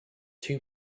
two